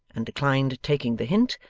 and declined taking the hint,